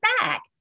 back